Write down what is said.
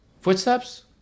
Footsteps